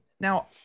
Now